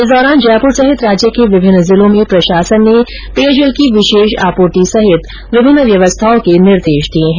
इस दौरान जयपुर सहित राज्य के विभिन्न जिलों में प्रशासन ने पेयजल की विशेष आपूर्ति सहित विभिन्न व्यवस्थाओं के निर्देश दिये है